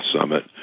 Summit